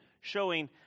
showing